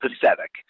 pathetic